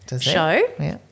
Show